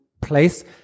place